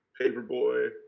Paperboy